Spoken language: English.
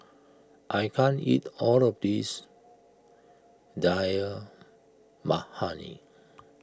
I can't eat all of this Dal Makhani